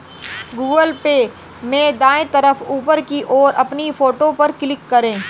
Google Pay में दाएं तरफ ऊपर की ओर अपनी फोटो पर क्लिक करें